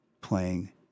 playing